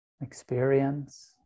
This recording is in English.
experience